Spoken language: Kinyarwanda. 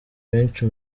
benshi